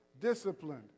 disciplined